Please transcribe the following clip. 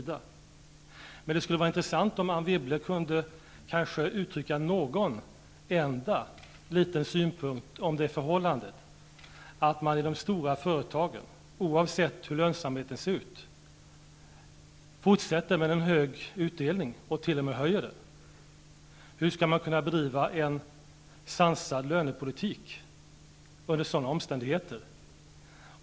Det skulle vara intressant om Anne Wibble kunde uttrycka någon enda liten synpunkt om det förhållandet att man i de stora företagen, oavsett hur lönsamheten ser ut, fortsätter med en hög utdelning, och t.o.m. höjer den. Hur skall man kunna bedriva en sansad lönepolitik under sådana omständigheter?